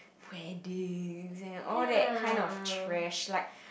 where do all that kind of trash like